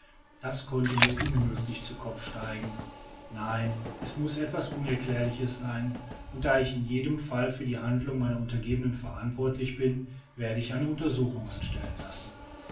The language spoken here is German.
das konnte mir unmöglich zu kopfe steigen nein es muß etwas unerklärliches sein und da ich in jedem fall für die handlungen meiner untergebenen verantwortlich bin werde ich eine untersuchung anstellen lassen